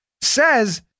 says